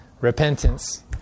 repentance